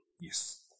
Yes